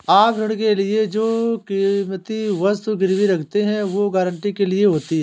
आप ऋण के लिए जो कीमती वस्तु गिरवी रखते हैं, वो गारंटी के लिए होती है